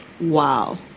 Wow